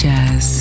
Jazz